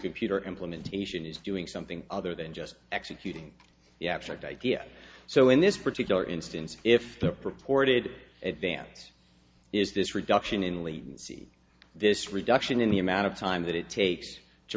computer implementation is doing something other than just executing the abstract idea so in this particular instance if the purported advance is this reduction in lead see this reduction in the amount of time that it takes to